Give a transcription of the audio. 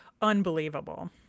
unbelievable